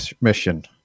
mission